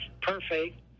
perfect